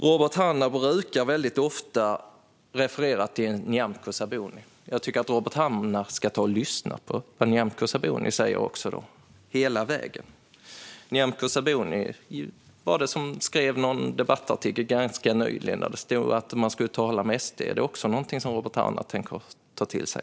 Robert Hannah brukar ofta referera till Nyamko Sabuni. Jag tycker att Robert Hannah ska lyssna på vad Nyamko Sabuni säger, hela vägen. Hon skrev nyligen en debattartikel om att man skulle tala med SD. Det tycker jag att Robert Hannah ska ta till sig.